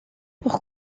pour